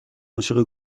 عاشق